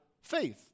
faith